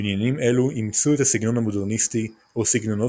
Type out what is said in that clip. בניינים אלו אימצו את הסגנון המודרניסטי או סגנונות